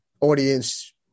audience